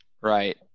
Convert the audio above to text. Right